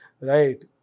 Right